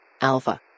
Alpha